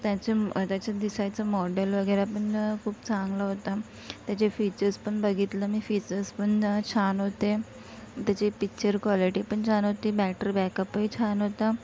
त्याचं त्याचं दिसायचं मॉडल वगैरे पण खूप चांगलं होतं त्याचे फीचर्स पण बघितले मी फीचर्स पण छान होते त्याची पिच्चर कॉलेटी पण छान होती बॅटरी बॅकअपही छान होता